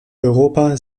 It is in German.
europa